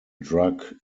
drug